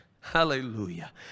hallelujah